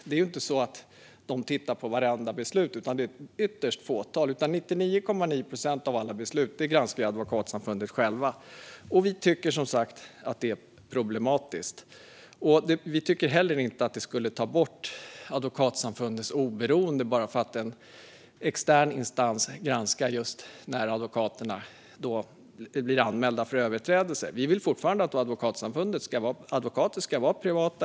De tittar inte på vartenda beslut, utan bara ett litet fåtal. 99,9 procent av ärenden granskar Advokatsamfundet självt. Det tycker vi är problematiskt. Vi anser inte heller att det skulle ta bort Advokatsamfundets oberoende om en extern instans granskar när advokaterna blir anmälda för överträdelser. Vi vill fortfarande att advokater ska vara privata.